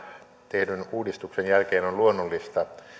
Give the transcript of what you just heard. tehdyn uudistuksen jälkeen on luonnollista